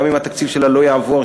גם אם התקציב שלה לא יעבור,